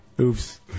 Oops